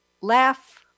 laugh